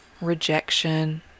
rejection